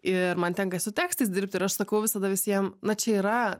ir man tenka su tekstais dirbti ir aš sakau visada visiem na čia yra